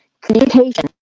communication